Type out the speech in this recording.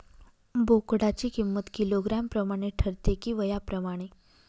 बोकडाची किंमत किलोग्रॅम प्रमाणे ठरते कि वयाप्रमाणे?